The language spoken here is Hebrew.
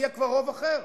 יהיה כבר רוב אחר,